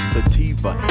Sativa